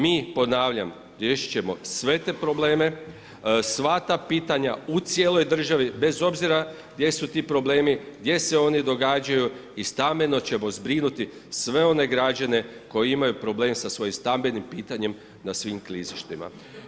Mi ponavljam, riješit ćemo sve te probleme, sva ta pitanja u cijeloj državi, bez obzira gdje su ti problemi, gdje se oni događaju i stambeno ćemo zbrinuti sve one građane koji imaju problem sa svojim stambenim pitanjem na svim klizištima.